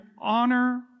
honor